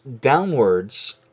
downwards